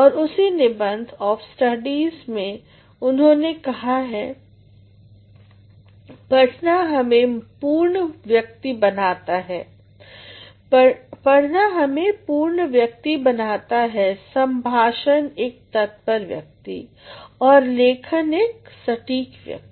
और उसी निबंध ऑफ़ स्टडीज में उन्होंने कहा है पढ़ना हमें पूर्ण व्यक्ति बनाता सम्भाषण एक तत्पर व्यक्ति और लेखन एक सटीक व्यक्ति